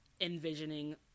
envisioning